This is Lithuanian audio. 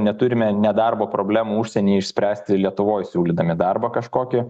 neturime nedarbo problemų užsienyje išspręsti lietuvoj siūlydami darbą kažkokį